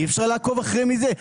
אי-אפשר לעקוב אחרי מי זה?